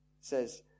says